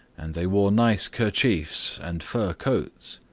and they wore nice kerchiefs and fur coats,